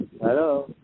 Hello